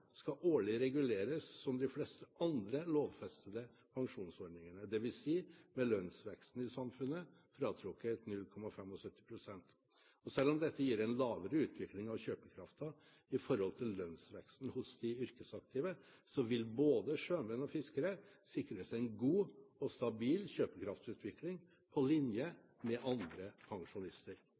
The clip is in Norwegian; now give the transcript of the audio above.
skal årlig reguleres som de fleste andre lovfestede pensjonsordninger, dvs. med lønnsveksten i samfunnet fratrukket 0,75 pst. Selv om dette gir en lavere utvikling av kjøpekraften i forhold til lønnsveksten hos de yrkesaktive, vil både sjømenn og fiskere sikres en god og stabil kjøpekraftsutvikling, på linje med andre pensjonister.